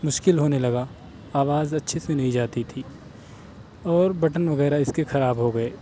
مشکل ہونے لگا آواز اچھے سے نہیں جاتی تھی اور بٹن وغیرہ اس کے خراب ہو گئے